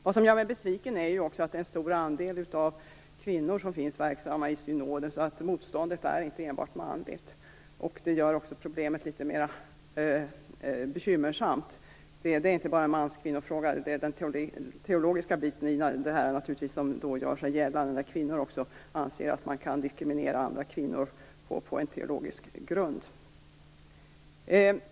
Vad som gör mig besviken är också att en stor andel kvinnor är verksamma i synoden, dvs. att motståndet inte är enbart manligt. Det gör problemet litet mera bekymmersamt. Det är inte bara en mans och kvinnofråga, utan det är den teologiska biten som gör sig gällande när kvinnor också anser att man kan diskriminera andra kvinnor på en teologisk grund.